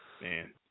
Man